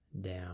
down